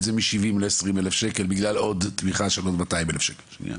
זה מ-70 ל-20,000 שקל בגלל עוד תמיכה של 200,000 שקל.